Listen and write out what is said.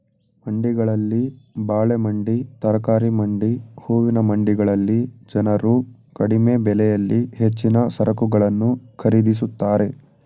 ಮಂಡಿಗಳಲ್ಲಿ ಬಾಳೆ ಮಂಡಿ, ತರಕಾರಿ ಮಂಡಿ, ಹೂವಿನ ಮಂಡಿಗಳಲ್ಲಿ ಜನರು ಕಡಿಮೆ ಬೆಲೆಯಲ್ಲಿ ಹೆಚ್ಚಿನ ಸರಕುಗಳನ್ನು ಖರೀದಿಸುತ್ತಾರೆ